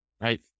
Right